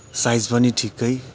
size पनि ठिकै